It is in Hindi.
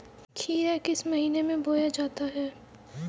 खीरा किस महीने में बोया जाता है?